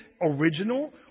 original